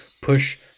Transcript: push